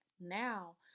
now